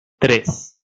tres